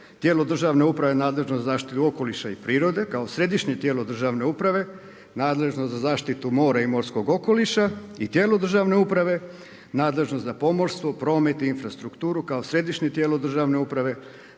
tijelo državne uprave nadležno za zaštitu okoliša i prirode kao središnje tijelo državne uprave nadležno za zaštitu mora i morskog okoliša i tijelo državne uprave nadležno za pomorstvo, promet i infrastrukturu kao središnje tijelo državne uprave